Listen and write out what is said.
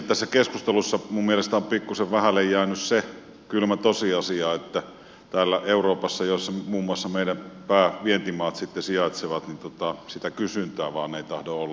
tässä keskustelussa minun mielestäni on pikkuisen vähälle jäänyt se kylmä tosiasia että täällä euroopassa missä muun muassa meidän päävientimaamme sijaitsevat sitä kysyntää vain ei tahdo olla